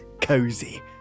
cozy